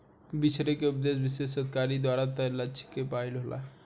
बिछरे के उपदेस विशेष अधिकारी के द्वारा तय लक्ष्य क पाइल होला